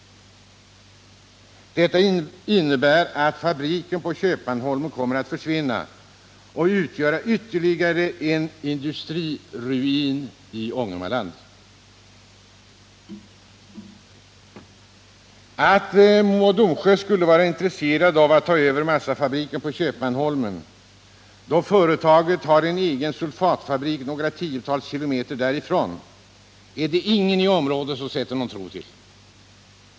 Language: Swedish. Detta innebär att fabriken på Köpmanholmen kommer att försvinna och utgöra ytterligare en industriruin i Ångermanland. Att Mo och Domsjö skulle vara intresserat av att ta över massafabriken på Köpmanholmen, då företaget har en egen sulfatfabrik några tiotal kilometer därifrån, är det ingen i området som sätter tro till.